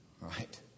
right